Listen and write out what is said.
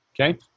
Okay